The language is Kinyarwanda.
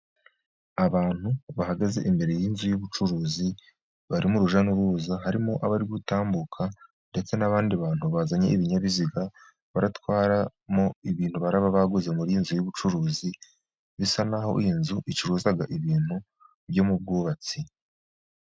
Abantu bahagaze imbere y'inzu y'ubucuruzi, bari murujya n'uruza, harimo nabari gutambuka ndetse n'abandi bantu bazanye ibinyabiziga, baratwaramo ibintu baraba baguze muri iyi nzu y'ubucuruzi, bisa naho iyi nzu icuruza ibintu byo mu bwubatsi.